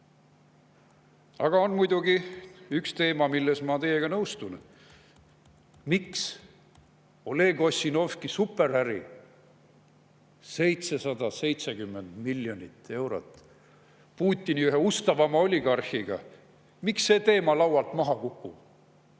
Aga on muidugi üks teema, milles ma teiega nõustun. Oleg Ossinovski superäri, 770 miljonit eurot, Putini ühe ustavama oligarhiga – miks see teema laualt maha kukub?